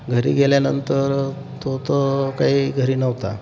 घरी गेल्यानंतर तो तर काही घरी नव्हता